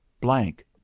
blank